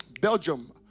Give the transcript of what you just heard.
Belgium